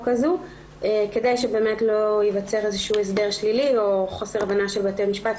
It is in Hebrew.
הזה כדי שלא ייווצר הסדר שלילי או חוסר הבנה של בתי המשפט,